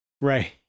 right